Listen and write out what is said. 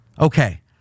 okay